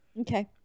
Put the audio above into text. Okay